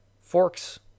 forks